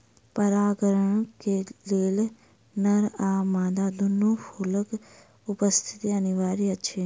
परागणक लेल नर आ मादा दूनू फूलक उपस्थिति अनिवार्य अछि